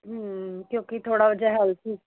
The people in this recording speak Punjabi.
ਹਮ ਕਿਉਂਕੀ ਥੋੜ੍ਹਾ ਜਿਹਾ ਹੈਲਦੀ